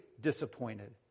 disappointed